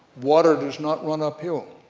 water does not run uphill.